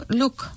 look